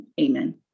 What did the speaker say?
Amen